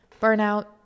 burnout